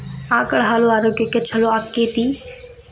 ಆಕಳ ಹಾಲು ಆರೋಗ್ಯಕ್ಕೆ ಛಲೋ ಆಕ್ಕೆತಿ?